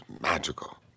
magical